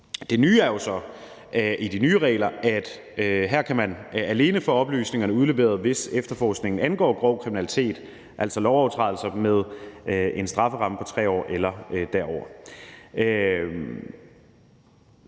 Det nye er jo så, at man efter de nye regler alene kan få oplysningerne udleveret, hvis efterforskningen angår grov kriminalitet, altså lovovertrædelser med en strafferamme på 3 år eller derover.